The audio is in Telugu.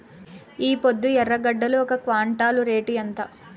ఈపొద్దు ఎర్రగడ్డలు ఒక క్వింటాలు రేటు ఎంత?